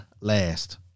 last